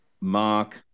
Mark